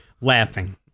laughing